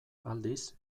aldiz